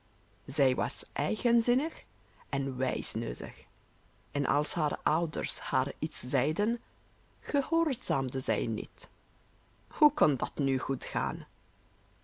zij was eigenzinnig en wijsneuzig en als haar ouders haar iets zeiden gehoorzaamde zij niet hoe kon dat nu goed gaan